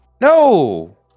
No